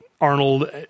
Arnold